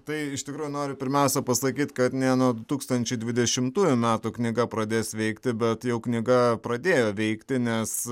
tai iš tikrųjų noriu pirmiausia pasakyti kad ne nuo du tūkstančiai dvidešimtųjų metų knyga pradės veikti bet jau knyga pradėjo veikti nes